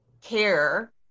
care